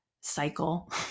cycle